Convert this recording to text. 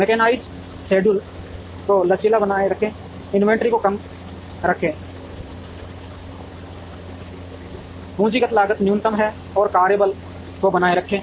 mechanise schedule को लचीला बनाए रखें इन्वेंट्री को कम रखें रखें पूंजीगत लागत न्यूनतम है और कार्य बल को बनाए रखें